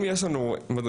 אם יש לנו מדריכים,